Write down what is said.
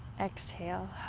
exhale.